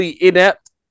inept